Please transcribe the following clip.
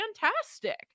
fantastic